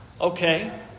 okay